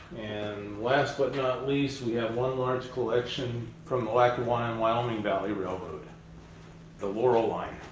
and last, but not least, we have one large collection from the lackawanna and wyoming valley railroad the laurel line